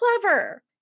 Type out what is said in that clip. clever